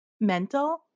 mental